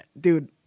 dude